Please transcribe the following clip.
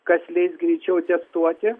kas leis greičiau testuoti